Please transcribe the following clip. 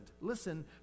listen